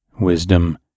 wisdom